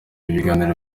ibiganiro